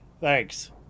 thanks